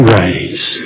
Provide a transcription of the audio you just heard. raise